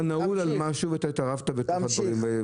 אתה נעול על משהו והתערבת בתוך הדברים,